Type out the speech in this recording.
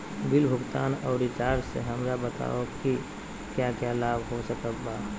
Bill भुगतान और recharge से हमरा बताओ कि क्या लाभ हो सकल बा?